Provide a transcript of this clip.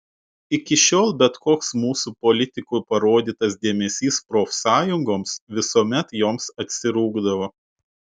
iki šiol bet koks mūsų politikų parodytas dėmesys profsąjungoms visuomet joms atsirūgdavo